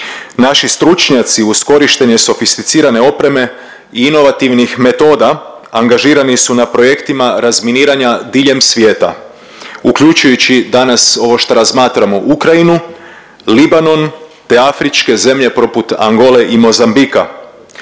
Naši stručnjaci uz korištenje sofisticirane opreme i inovativnih metoda angažirani su na projektima razminiranja diljem svijeta, uključujući danas ovo što razmatramo Ukrajinu, Libanon, te afričke zemlje poput Angole i Mozambika.